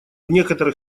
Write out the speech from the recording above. некоторых